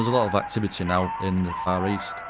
lot of activity now in the far east